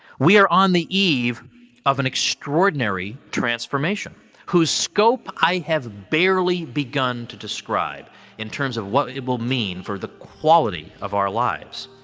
we are on the eve of an extraordinary transformation whose scope i have barely begun to describe in terms of what it will mean for the quality of our lives.